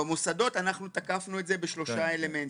במוסדות אנחנו תקפנו את זה בשלושה אלמנטים.